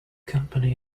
company